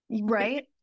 Right